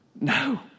No